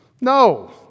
No